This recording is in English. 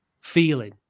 feeling